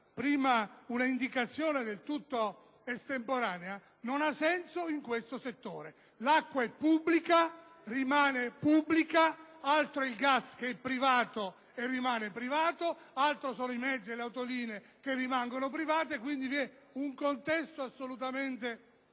essere un'indicazione del tutto estemporanea, non ha senso in questo settore. L'acqua è pubblica, rimane pubblica. Altro è il gas, che è privato e rimane privato, altra cosa sono i mezzi pubblici e le autolinee che rimangono private. È un contesto assolutamente diverso.